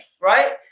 Right